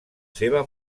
seva